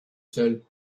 seuls